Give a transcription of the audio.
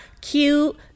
cute